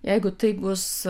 jeigu tai bus